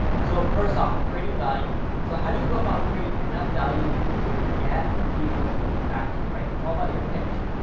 so first off, creating value. so, how do you go about creating enough value to get people to link back to you, right? it's all about your pitch.